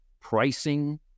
pricing